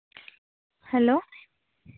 hello